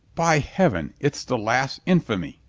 by heaven, it's the last infamy.